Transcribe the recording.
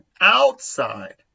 outside